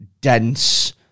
dense